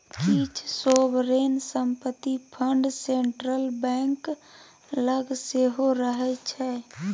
किछ सोवरेन संपत्ति fund central bank लग सेहो रहय छै